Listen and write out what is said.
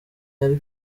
yari